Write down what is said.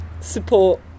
support